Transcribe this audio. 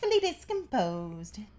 discomposed